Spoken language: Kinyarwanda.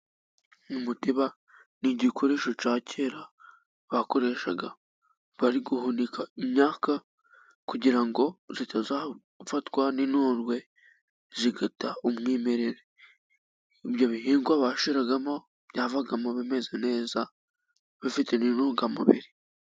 Umutiba ni igikoresho cya kera bakoreshaga bari guhunika imyaka, kugira ngo zitazafatwa n'inundwe zigata umwimerere, ibyo bihingwa bashyiragamo byavagamo bimeze neza bafite n'intungamubiri.